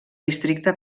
districte